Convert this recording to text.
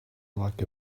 like